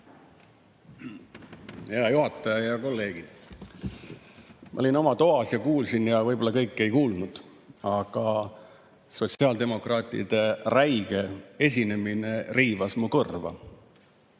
Head kolleegid! Ma olin oma toas ja kuulasin, võib-olla kõike ei kuulnud. Aga sotsiaaldemokraatide räige esinemine riivas mu kõrva.